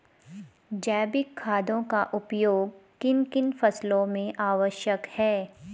जैविक खादों का उपयोग किन किन फसलों में आवश्यक है?